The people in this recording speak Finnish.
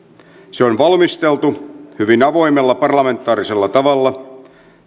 se on valmisteltu hyvin avoimella parlamentaarisella tavalla